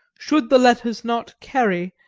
should the letters not carry,